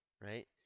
right